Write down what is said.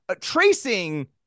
Tracing